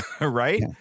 Right